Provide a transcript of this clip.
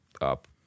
up